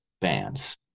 bands